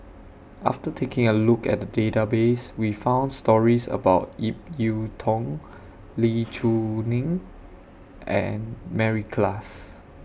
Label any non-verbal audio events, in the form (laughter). after taking A Look At The Database We found stories about Ip Yiu (unintelligible) Lee Choo (unintelligible) and Mary Klass